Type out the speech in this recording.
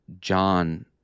John